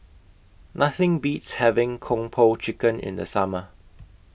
Nothing Beats having Kung Po Chicken in The Summer